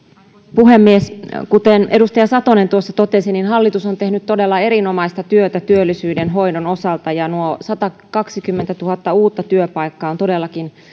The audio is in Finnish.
puhemies kuten edustaja satonen tuossa totesi hallitus on tehnyt todella erinomaista työtä työllisyyden hoidon osalta ja nuo satakaksikymmentätuhatta uutta työpaikkaa ovat todellakin